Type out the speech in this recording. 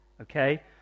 Okay